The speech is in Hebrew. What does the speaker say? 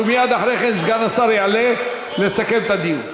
ומייד אחרי כן סגן השר יעלה לסכם את הדיון.